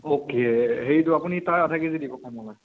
okay হেৰিটো আপুনি তাৰ আধা কেজি দিব কমলা